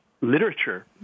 literature